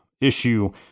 issue